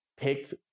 picked